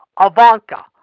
Ivanka